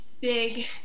big